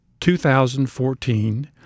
2014